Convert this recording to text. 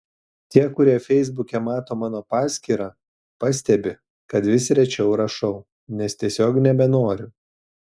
tie kurie feisbuke mato mano paskyrą pastebi kad vis rečiau rašau nes tiesiog nebenoriu